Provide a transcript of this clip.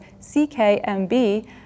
CKMB